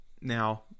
Now